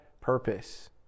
purpose